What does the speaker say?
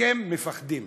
אתם מפחדים.